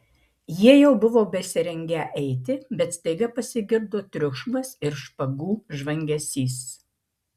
jie jau buvo besirengią eiti bet staiga pasigirdo triukšmas ir špagų žvangesys